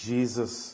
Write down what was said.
Jesus